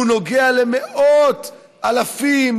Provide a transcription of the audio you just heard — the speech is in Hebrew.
הוא נוגע למאות אלפים,